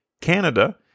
Canada